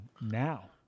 now